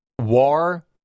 War